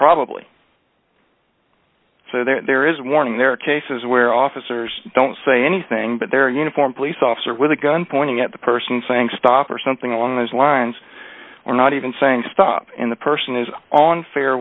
probably so there is warning there are cases where officers don't say anything but their uniformed police officer with a gun pointing at the person saying stop or something along those lines or not even saying stop in the person is on fair